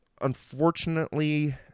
unfortunately